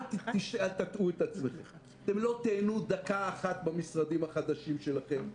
אל תטעו את עצמכם אתם לא תיהנו דקה אחת במשרדים החדשים שלכם.